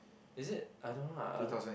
is it I don't know ah I